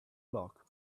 clock